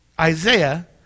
Isaiah